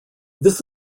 this